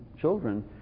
children